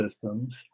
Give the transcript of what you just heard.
systems